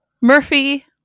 Murphy